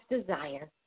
desire